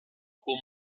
con